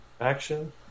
action